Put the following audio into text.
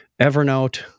Evernote